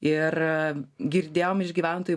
ir girdėjom iš gyventojų